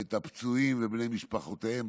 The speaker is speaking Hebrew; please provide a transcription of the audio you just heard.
את הפצועים ובני משפחותיהם,